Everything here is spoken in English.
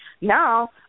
Now